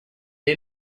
est